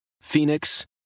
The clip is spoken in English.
Phoenix